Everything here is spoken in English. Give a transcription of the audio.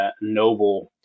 Noble